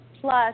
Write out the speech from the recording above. plus